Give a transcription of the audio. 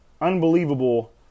unbelievable